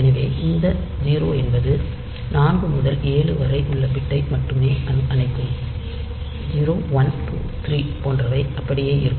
எனவே இந்த 0 என்பது 4 முதல் 7 வரை உள்ள பிட் ஐ மட்டுமே அணைக்கும் 0123 போன்றவை அப்படியே இருக்கும்